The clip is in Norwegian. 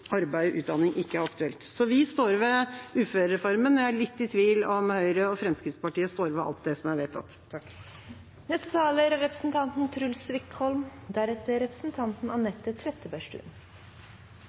arbeid og utdanning ikke er aktuelt. Så vi står ved uførereformen, og jeg er litt i tvil om Høyre og Fremskrittspartiet står ved alt det som er vedtatt. Regjeringen la i sitt forslag til statsbudsjett opp til tidenes dugnad for de rikeste i dette landet. Nå er